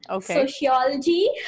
sociology